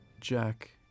Jack